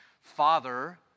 Father